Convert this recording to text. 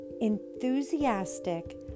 enthusiastic